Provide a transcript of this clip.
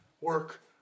work